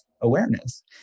awareness